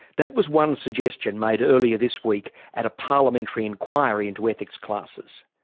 that was one suggestion made earlier this week at a parliamentary inquiry into ethics classes.